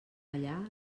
allà